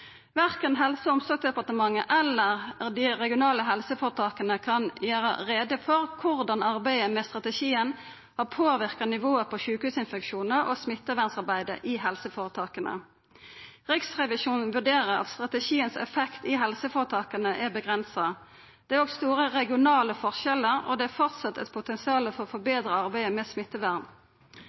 Verken Helse- og omsorgsdepartementet eller dei regionale helseføretaka kan gjera greie for korleis arbeidet med strategien har påverka nivået på sjukehusinfeksjonar og smittevernarbeidet i helseføretaka. Riksrevisjonen vurderer at strategiens effektar i helseføretaka er avgrensa. Det er òg store regionale forskjellar, og det er framleis eit potensial for å forbetra arbeidet med smittevern.